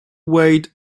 wait